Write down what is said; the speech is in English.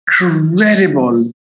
incredible